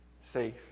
safe